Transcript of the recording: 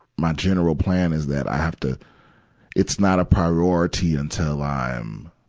my general plan is that i have to it's not a priority until i'm,